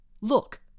Look